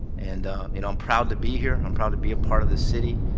and you know i'm proud to be here. i'm proud to be a part of the city,